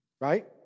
right